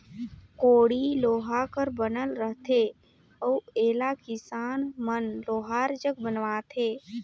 कोड़ी लोहा कर बनल रहथे अउ एला किसान मन लोहार जग बनवाथे